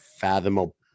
fathomable